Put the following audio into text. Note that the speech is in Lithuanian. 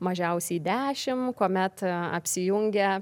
mažiausiai dešim kuomet apsijungia